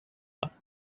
are